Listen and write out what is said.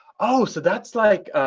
oh, so that's like,